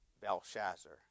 Belshazzar